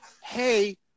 Hey